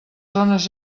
zones